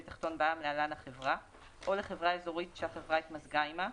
תחתון בע"מ (להלן החברה) או לחברה אזורית שהחברה התמזגה עמה,